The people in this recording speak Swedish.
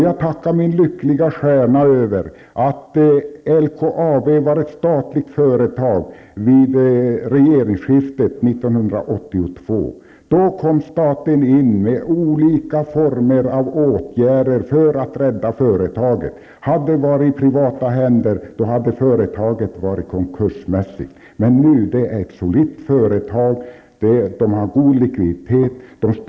Jag tackar min lyckliga stjärna för att LKAB var ett statligt företag vid regeringsskiftet 1982. Då gick staten in med olika åtgärder för att rädda företaget. Hade det då varit i privata händer hade företaget nu varit konkursmässigt. Men nu är det ett solitt företag och har god likviditet.